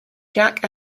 jack